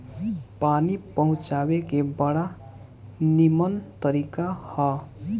पानी पहुँचावे के बड़ा निमन तरीका हअ